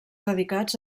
dedicats